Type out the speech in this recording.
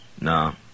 No